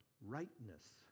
rightness